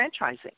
Franchising